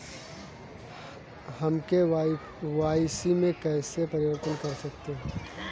हम के.वाई.सी में कैसे परिवर्तन कर सकते हैं?